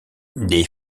des